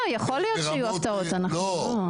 יכול להיות שיהיו הפתעות, אנחנו לא יודעים.